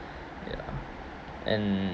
ya and